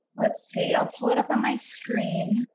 let's see, i'll pull it up on my screen.